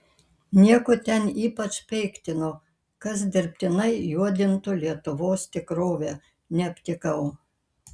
nieko ten ypač peiktino kas dirbtinai juodintų lietuvos tikrovę neaptikau